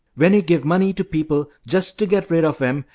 when you give money to people just to get rid of em,